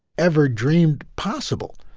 ever dreamed possible.